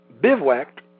bivouacked